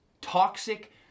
toxic